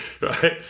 Right